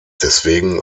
deswegen